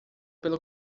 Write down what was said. pelo